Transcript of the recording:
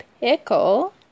pickle